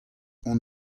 hon